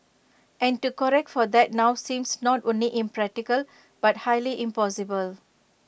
and to correct for that now seems not only impractical but highly impossible